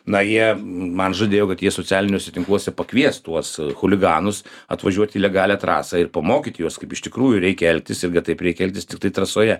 na jie man žadėjo kad jie socialiniuose tinkluose pakvies tuos chuliganus atvažiuot į legalią trasą ir pamokyt juos kaip iš tikrųjų reikia elgtis ir taip reikia elgtis tiktai trasoje